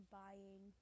buying